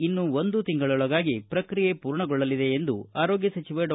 ಇನ್ನು ಒಂದು ತಿಂಗಳೊಳಗಾಗಿ ಪ್ರಕ್ರಿಯೆ ಪೂರ್ಣಗೊಳ್ಳಲಿದೆ ಎಂದು ಆರೋಗ್ಯ ಸಚಿವ ಡಾ